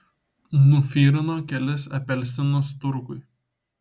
nufirino kelis apelsinus turguj